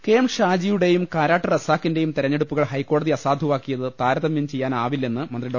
K M ഷാജിയുടെയും കാരാട്ട് റസാഖിന്റെയും തെരഞ്ഞെ ടുപ്പുകൾ ഹൈക്കോട്തി അസാധുവാക്കിയത് താരതമൃം ചെയ്യാ നാവില്ലെന്ന് മന്ത്രി ഡോ